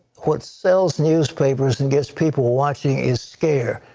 what sells newspapers and gets people watching is scare.